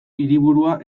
hiriburua